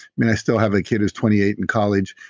mean, i still have a kid who's twenty eight in college,